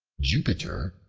jupiter,